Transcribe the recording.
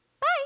Bye